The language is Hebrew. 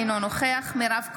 אינו נוכח מירב כהן,